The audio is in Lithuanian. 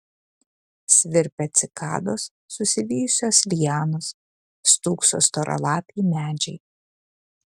svirpia cikados susivijusios lianos stūkso storalapiai medžiai